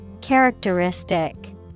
Characteristic